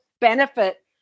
benefit